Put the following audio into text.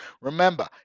remember